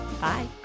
Bye